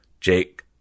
Jake